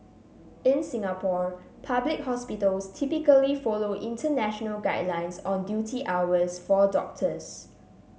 in Singapore public hospitals typically follow international guidelines on duty hours for doctors